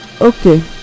Okay